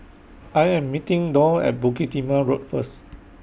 I Am meeting Doll At Bukit Timah Road First